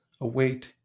await